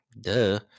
Duh